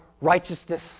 righteousness